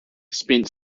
spent